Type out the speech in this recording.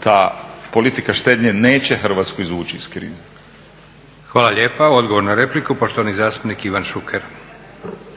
ta politika štednje neće Hrvatsku izvući iz krize. **Leko, Josip (SDP)** Hvala lijepa. Odgovor na repliku, poštovani zastupnik Ivan Šuker.